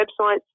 websites